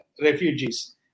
refugees